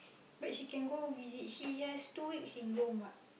but she can go visit she has two weeks in Rome